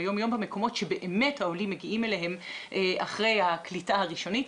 ביום יום במקומות שבאמת העולים מגיעים אליהם אחרי הקליטה הראשונית.